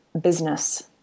business